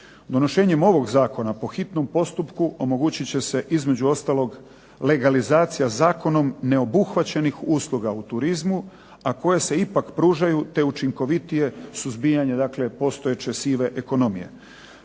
Donošenjem ovog zakona po hitnom postupku omogućit će se između ostalog legalizacija zakonom neobuhvaćenim usluga u turizmu, a koje se ipak pružaju te učinkovitije suzbijanje postojeće sive ekonomije.